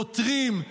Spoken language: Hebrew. עותרים,